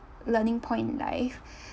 learning point in life